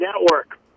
Network